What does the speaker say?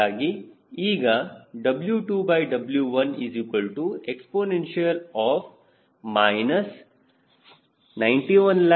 ಹೀಗಾಗಿ ಈಗ W2W1exp 91140000